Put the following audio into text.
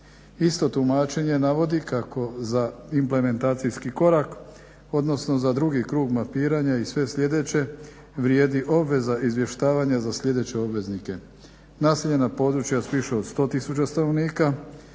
Isto tumačenje navodi kako za implementacijski korak, odnosno za drugi krug mapiranja i sve sljedeće vrijedi obveza izvještavanja za sljedeće obveznike: naseljena područja s više od 100 000 stanovnika,